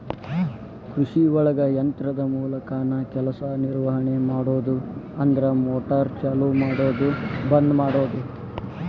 ಕೃಷಿಒಳಗ ಯಂತ್ರದ ಮೂಲಕಾನ ಕೆಲಸಾ ನಿರ್ವಹಣೆ ಮಾಡುದು ಅಂದ್ರ ಮೋಟಾರ್ ಚಲು ಮಾಡುದು ಬಂದ ಮಾಡುದು